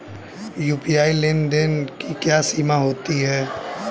UPI में लेन देन की क्या सीमा होती है?